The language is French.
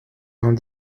vingt